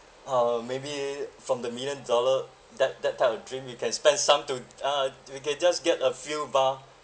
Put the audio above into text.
uh maybe from the million dollar that that type of dream you can spend some to a'ah you can just get a few bar